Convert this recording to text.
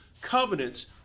covenants